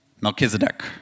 Melchizedek